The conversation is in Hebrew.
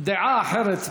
דעה אחרת מהמקום.